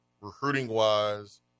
recruiting-wise